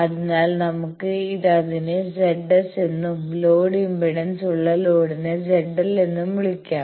അതിനാൽ നമുക്ക് അതിനെ ZS എന്നും ലോഡ് ഇംപെഡൻസ് ഉള്ള ലോഡിനെ ZL എന്നും വിളിക്കാം